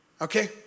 Okay